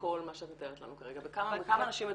בכל מה שאת מתארת לנו כרגע, בכמה נשים מדובר,